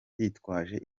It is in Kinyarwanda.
yitwaje